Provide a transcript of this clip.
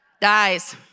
Dies